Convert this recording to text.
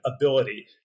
ability